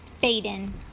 baden